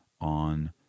on